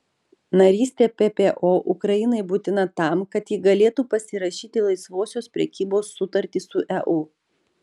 narystė ppo ukrainai būtina tam kad ji galėtų pasirašyti laisvosios prekybos sutartį su eu